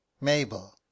mabel